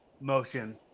motion